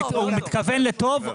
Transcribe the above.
הוא מתכוון לטוב,